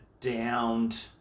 downed